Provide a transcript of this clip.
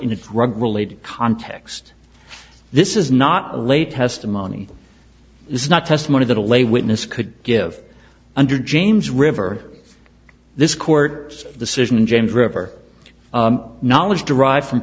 in a drug related context this is not late testimony is not testimony that will a witness could give under james river this court decision in james river knowledge derived from